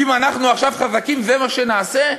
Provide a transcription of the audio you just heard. אם אנחנו עכשיו חזקים, זה מה שנעשה?